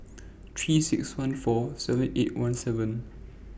three six one four seven eight one seven